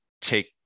take